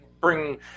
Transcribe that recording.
bring